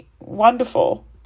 wonderful